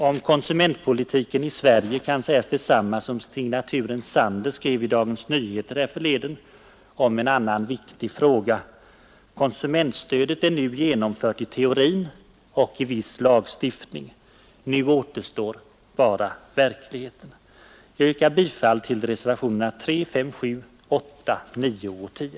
Om konsumentpolitiken i Sverige kan sägas detsamma som signaturen Sander i Dagens Nyheter skrev härförleden om en annan viktig fråga: ”Konsumentstödet är nu genomfört i teorin och i viss lagstiftning. Nu återstår bara verkligheten.” Jag yrkar bifall till reservationerna 3, 5, 7, 8, 9 och 10.